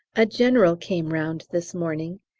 a general came round this morning.